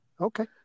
Okay